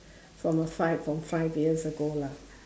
from a five from five years ago lah